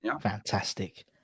Fantastic